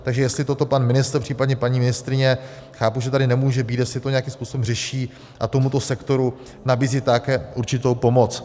Takže jestli toto pan ministr, případně paní ministryně, chápu, že tady nemůže být, nějakým způsobem řeší a tomuto sektoru nabízí tak určitou pomoc.